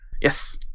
Yes